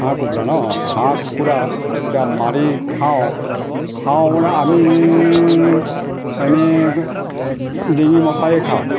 হাঁহ কুকুৰা ন হাঁহ কুকুৰা এতিয়া মাৰি খাওঁ খাওঁ মানে আমি এনে ডিঙি মছাৰিয়ে খাওঁ